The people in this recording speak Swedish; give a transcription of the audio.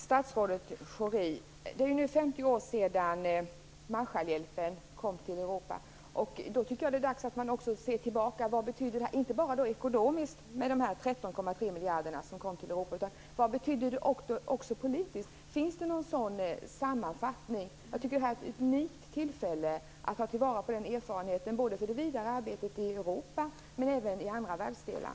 Fru talman! Det är nu 50 år sedan Marshallhjälpen kom till Europa, statsrådet Schori. Jag tycker att det är dags att se tillbaka på vad de 13,3 miljarder som kom till Europa betytt inte bara ekonomiskt utan också politiskt. Finns det någon sådan sammanfattning? Jag tycker att detta är ett unikt tillfälle att ta till vara denna erfarenhet i det vidare arbetet både i Europa och i andra världsdelar.